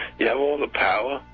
you have all the power,